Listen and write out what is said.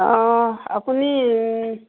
অঁ আপুনি